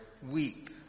Weep